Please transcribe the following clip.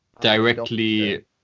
directly